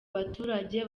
baturage